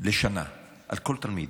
לשנה על כל תלמיד.